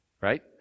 right